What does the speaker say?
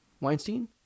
Weinstein